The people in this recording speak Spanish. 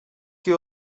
que